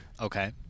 Okay